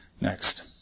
Next